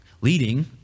leading